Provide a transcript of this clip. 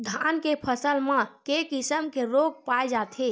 धान के फसल म के किसम के रोग पाय जाथे?